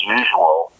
usual